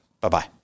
Bye-bye